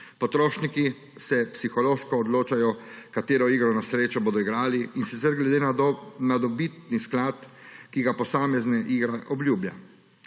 Potrošniki se psihološko odločajo, katero igro na srečo bodo igrali, in sicer glede na dobitni sklad, ki ga posamezna igra obljublja.